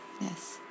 Yes